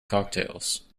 cocktails